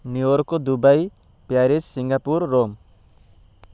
New York Dubai Paris Singapore Rome